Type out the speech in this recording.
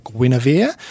Guinevere